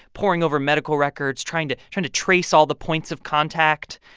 poring over medical records, trying to trying to trace all the points of contact.